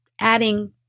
adding